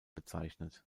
bezeichnet